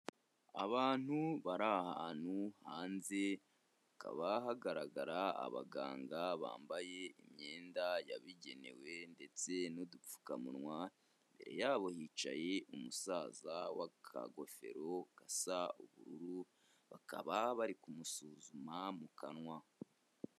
Abantu bari ahantu hanze, hakaba hagaragara abaganga bambaye imyenda yabigenewe ndetse n'udupfukamunwa, imbere yabo hicaye umusaza w'akagofero gasa ubururu, bakaba bari kumusuzuma mu kanwa.